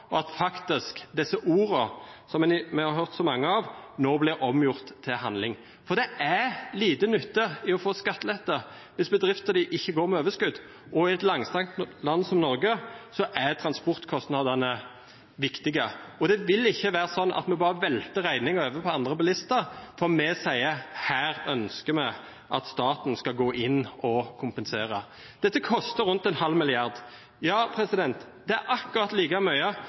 av, nå faktisk blir omgjort til handling. Det er lite nytte i å få skattelette hvis bedriften ikke går med overskudd. I et langstrakt land som Norge er transportkostnadene viktige. Det vil ikke være sånn at vi velter regningen over på andre bilister, for vi sier at vi ønsker at staten skal gå inn og kompensere. Dette koster rundt 1,5 mrd. kr. Ja, det er akkurat like mye